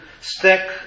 stick